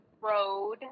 road